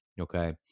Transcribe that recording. Okay